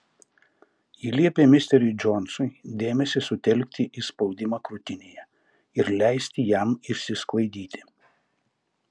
ji liepė misteriui džonsui dėmesį sutelkti į spaudimą krūtinėje ir leisti jam išsisklaidyti